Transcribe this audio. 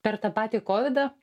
per tą patį kovidą